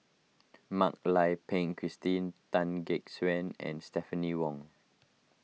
Mak Lai Peng Christine Tan Gek Suan and Stephanie Wong